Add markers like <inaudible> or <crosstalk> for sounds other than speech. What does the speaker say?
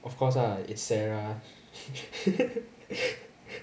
of course lah is sarah <laughs>